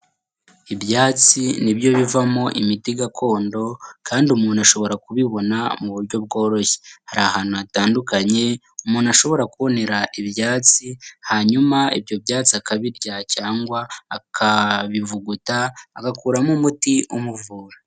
Ibyatsi nibyo bivamo imiti gakondo, kandi umuntu ashobora kubibona mu buryo bworoshye, hari ahantu hatandukanye umuntu ashobora kubonera ibyatsi, hanyuma ibyo byatsi akabirya cyangwa akabivuguta, agakuramo umuti umuvura.